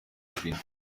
kabila